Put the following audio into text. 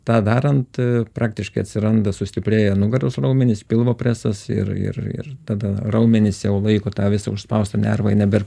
tą darant praktiškai atsiranda sustiprėja nugaros raumenys pilvo presas ir ir ir tada raumenys jau laiko tą visą užspaustą nervą i nebėr